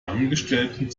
angestellten